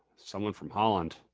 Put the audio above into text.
someone from holland.